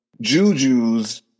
jujus